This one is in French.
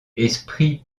esprit